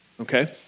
Okay